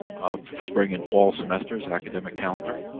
spring and fall semesters, academic calendar.